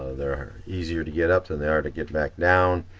they're easier to get up than they are to get back down,